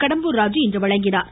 கடம்பூர் ராஜு இன்று வழங்கினார்